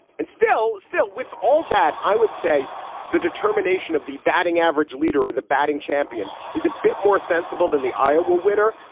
and still, still, with all that, i would say the determination of the batting average leader or the batting champion is a bit more sensible than the iowa winner,